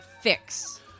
fix